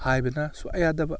ꯍꯥꯏꯕꯅ ꯁꯨꯛꯌꯥ ꯌꯥꯗꯕ